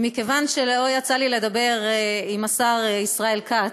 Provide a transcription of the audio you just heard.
ומכיוון שלא יצא לי לדבר עם השר ישראל כץ,